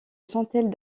centaine